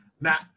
Now